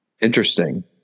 interesting